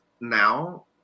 now